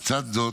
לצד זאת,